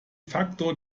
facto